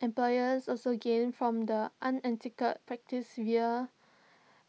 employers also gain from the unethical practice via